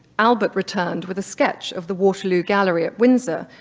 albert returned with a sketch of the waterloo gallery at windsor,